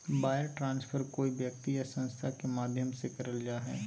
wire transfer कोय व्यक्ति या संस्था के माध्यम से करल जा हय